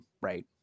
right